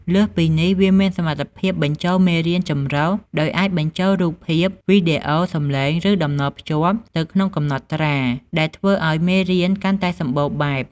លើសពីនេះ វាមាន សមត្ថភាពបញ្ចូលមេរៀនចម្រុះ ដោយអាចបញ្ចូលរូបភាព វីដេអូ សំឡេង ឬតំណភ្ជាប់ ទៅក្នុងកំណត់ត្រា ដែលធ្វើឱ្យមេរៀនកាន់តែសម្បូរបែប។